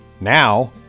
Now